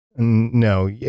No